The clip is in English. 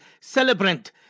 celebrant